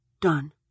Done